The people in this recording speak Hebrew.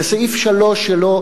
בסעיף 3 שלו,